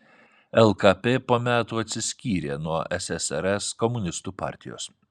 lkp po metų atsiskyrė nuo ssrs komunistų partijos